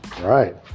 Right